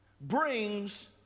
brings